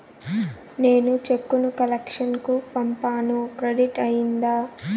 నేను చెక్కు ను కలెక్షన్ కు పంపాను క్రెడిట్ అయ్యిందా